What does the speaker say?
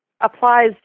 applies